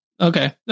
Okay